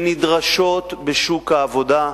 שנדרשות בשוק העבודה,